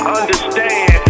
understand